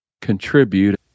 contribute